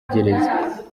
gereza